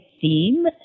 theme